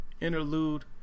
interlude